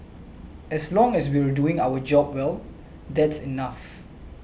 as long as we're doing our job well that's enough